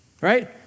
Right